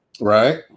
Right